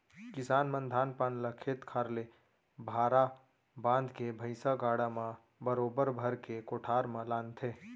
किसान मन धान पान ल खेत खार ले भारा बांध के भैंइसा गाड़ा म बरोबर भर के कोठार म लानथें